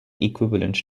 equivalent